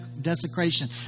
desecration